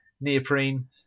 neoprene